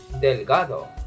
delgado